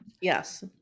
Yes